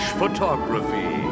photography